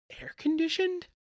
air-conditioned